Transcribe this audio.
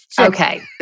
Okay